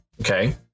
okay